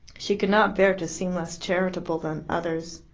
she could not bear to seem less charitable than others.